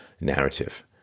narrative